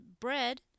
bread